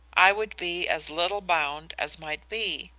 i would be as little bound as might be.